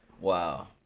Wow